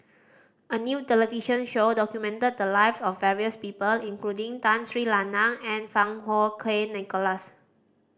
a new television show documented the lives of various people including Tun Sri Lanang and Fang Kuo Wei Nicholas